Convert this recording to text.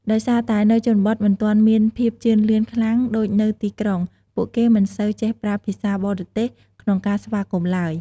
ដោយសារតែនៅជនបទមិនទាន់មានភាពជឿនលឿនខ្លាំងដូចនៅទីក្រុង ពួកគេមិនសូវចេះប្រើ ភាសាបរទេស ក្នុងការស្វាគមន៍ឡើយ។